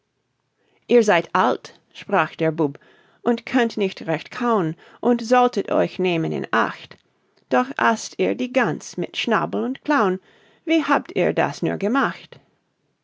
ihr seid alt sprach der bub und könnt nicht recht kau'n und solltet euch nehmen in acht doch aßt ihr die ganz mit schnabel und klau'n wie habt ihr das nur gemacht